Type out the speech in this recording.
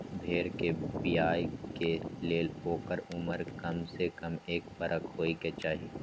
भेड़ कें बियाय के लेल ओकर उमर कमसे कम एक बरख होयके चाही